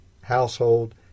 Household